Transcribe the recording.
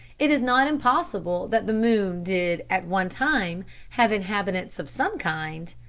it is not impossible that the moon did at one time have inhabitants of some kind.